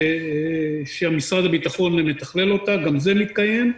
שמשרד הביטחון מתכלל גם זה מתקיים.